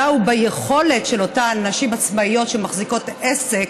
וביכולת של אותן נשים עצמאיות שמחזיקות עסק